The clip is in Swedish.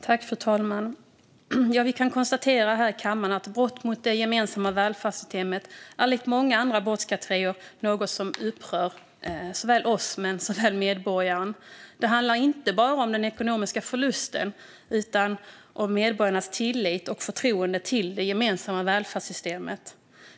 Fru talman! Vi kan här i kammaren konstatera att brott mot det gemensamma välfärdssystemet likt många andra brottskategorier är något som upprör såväl oss som medborgaren. Det handlar inte bara om den ekonomiska förlusten utan om medborgarnas tillit och förtroende till det gemensamma välfärdssystemet.